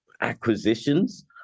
acquisitions